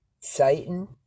Satan